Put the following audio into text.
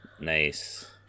Nice